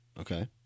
Okay